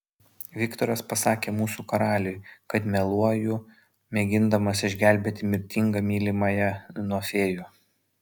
viktoras pasakė mūsų karaliui kad meluoju mėgindamas išgelbėti mirtingą mylimąją nuo fėjų